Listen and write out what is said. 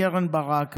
קרן ברק,